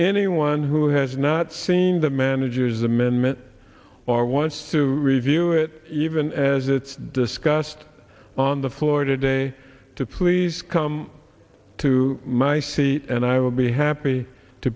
anyone who has not seen the manager's amendment or wants to review it even as it's discussed on the floor today to please come to my seat and i will be happy to